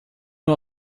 nur